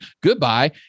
Goodbye